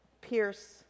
pierce